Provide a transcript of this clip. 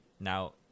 now